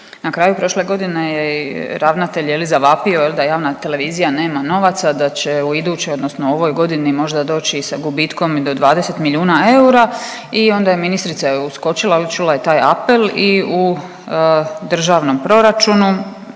na kraju prošle godine je je li i ravnatelj zavapio da javna televizija nema novaca, da će u idućoj odnosno ovoj godini možda doći sa gubitkom i do 20 milijuna eura i onda je ministrica uskočila, čula je taj apel i u državnom proračunu